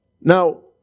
Now